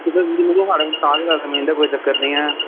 stock गै इंदा कोई चक्कर निं ऐ